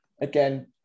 again